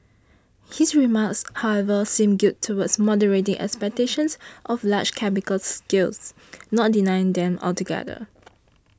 his remarks however seem geared towards moderating expectations of large capital gains not denying them altogether